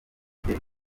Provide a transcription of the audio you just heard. fidèle